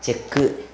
check